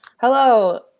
Hello